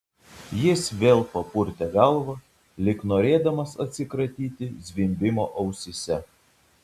jis vėl papurtė galvą lyg norėdamas atsikratyti zvimbimo ausyse